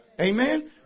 Amen